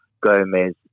Gomez